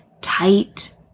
tight